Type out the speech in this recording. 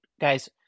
guys